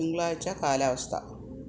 തിങ്കളാഴ്ച കാലാവസ്ഥ